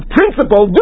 principle